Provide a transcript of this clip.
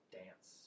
dance